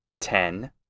ten